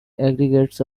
aggregates